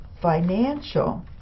financial